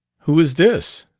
who is this?